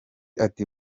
ati